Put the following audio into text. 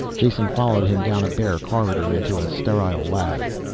jason followed him down a bare corridor into a sterile lab.